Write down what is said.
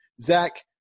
Zach